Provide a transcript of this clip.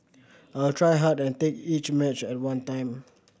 I'll try hard and take each match at one time